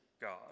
God